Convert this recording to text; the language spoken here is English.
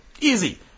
Easy